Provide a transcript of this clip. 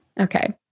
Okay